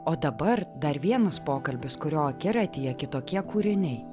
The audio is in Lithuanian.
o dabar dar vienas pokalbis kurio akiratyje kitokie kūriniai